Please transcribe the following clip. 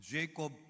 Jacob